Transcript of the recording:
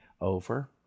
over